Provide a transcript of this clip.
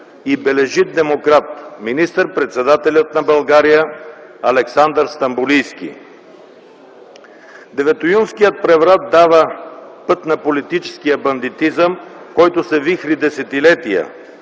и бележит демократ министър-председателят на България Александър Стамболийски. Деветоюнският преврат дава път на политическия бандитизъм, който се вихри десетилетия.